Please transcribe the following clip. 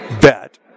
bet